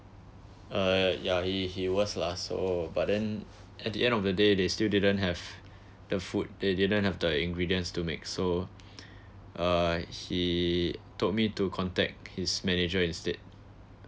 uh ya he he was lah so but then at the end of the day they still didn't have the food they didn't have the ingredients to make so uh he told me to contact his manager instead